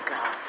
God